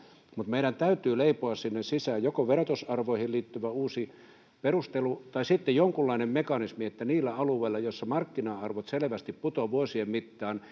mutta meidän täytyy leipoa sinne sisään joko verotusarvoihin liittyvä uusi perustelu tai sitten jonkunlainen mekanismi että niillä alueilla joilla markkina arvot selvästi putoavat vuosien mittaan